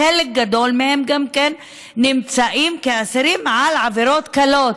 חלק גדול מהם נמצאים כאסירים על עבירות קלות,